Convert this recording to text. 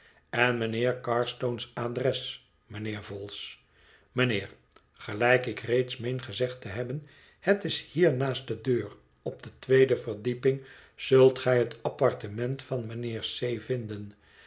en mijnheer carstone's adres mijnheer vholes mijnheer gelijk ik reeds meen gezegd te hebben het is hier naast de deur op de tweede verdieping zult gij het apartement van mijnheer c vinden